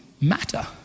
matter